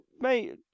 Mate